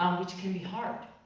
um which can be hard.